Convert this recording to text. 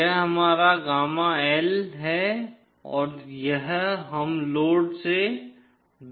यह हमारा gamma L है और यह हम लोड से दूर जा रहे हैं